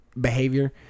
behavior